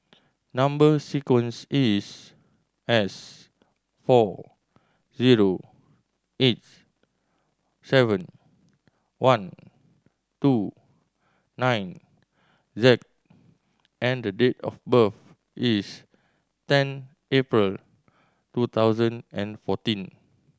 number sequence is S four zero eight seven one two nine Z and the date of birth is ten April two thousand and fourteen